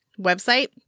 website